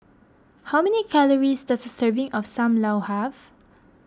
how many calories does a serving of Sam Lau have